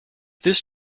this